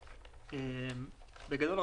בגדול,